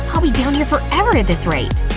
i'll be down here forever at this rate!